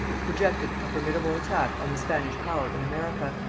projected a formidable attack on the spanish power in america,